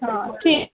हा ठीकु